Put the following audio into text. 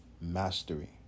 Mastery